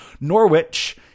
Norwich